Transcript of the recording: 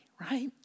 right